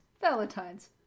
Valentine's